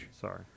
Sorry